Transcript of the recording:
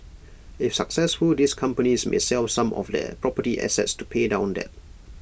if successful these companies may sell some of their property assets to pay down debt